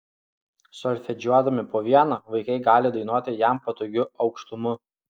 solfedžiuodami po vieną vaikai gali dainuoti jam patogiu aukštumu